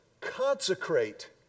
consecrate